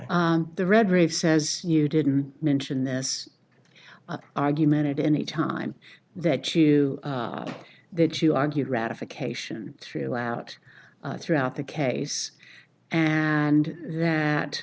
ok the redgrave says you didn't mention this argument at any time that you know that you argued ratification throughout throughout the case and